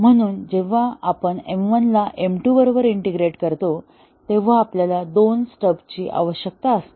म्हणून जेव्हा आपण M1 ला M2 बरोबर इंटिग्रेट करतो तेव्हा आपल्याला दोन स्टब्सची आवश्यकता असते